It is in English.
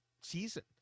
season